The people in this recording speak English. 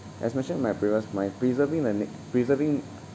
as mentioned in my previous my preserving the na~ preserving